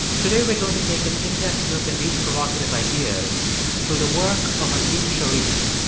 today, we're going to take an in-depth look at these provocative ideas through the work of azim shariff,